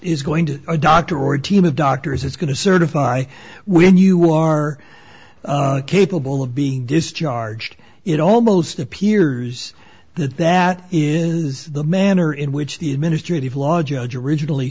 is going to a doctor or a team of doctors is going to certify when you are capable of being discharged it almost appears that that is the manner in which the administrative law judge originally